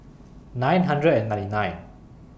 nine hundred and ninety nine